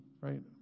right